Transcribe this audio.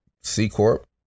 C-Corp